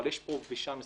אבל יש פה ושם סדקים.